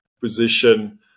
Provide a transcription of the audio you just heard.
position